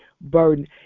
burden